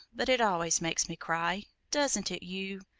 but it always makes me cry doesn't it you?